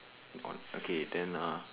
okay then uh